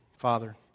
Father